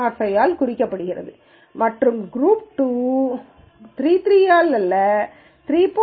05 ஆல் குறிக்கப்படுகிறது மற்றும் குரூப் 2 ஐ 3 3 அல்ல 3